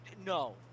No